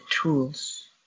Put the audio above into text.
tools